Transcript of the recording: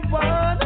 one